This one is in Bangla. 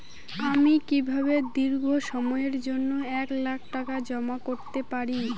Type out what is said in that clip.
আমি কিভাবে দীর্ঘ সময়ের জন্য এক লাখ টাকা জমা করতে পারি?